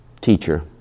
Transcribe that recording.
Teacher